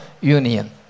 union